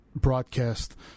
broadcast